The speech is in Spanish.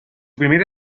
primer